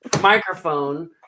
microphone